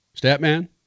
Statman